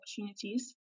opportunities